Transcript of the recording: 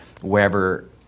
wherever